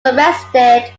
arrested